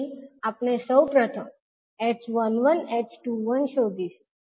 તેથી આપણે પ્રથમ h11 h21 શોધીશું